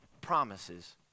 promises